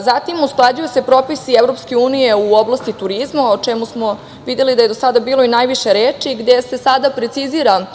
Zatim, usklađuju se propisi EU u oblasti turizma, o čemu smo videli da je do sada bilo najviše reči, gde se precizira